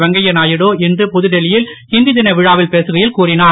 வெங்கைய நாயுடு இன்று புதுடில்லி யில் ஹிந்தி தின விழாவில் பேசுகையில் கூறிஞர்